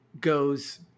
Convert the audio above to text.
goes